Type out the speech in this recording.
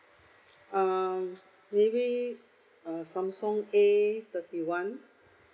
um maybe uh samsung A thirty one